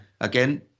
again